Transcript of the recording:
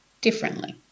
differently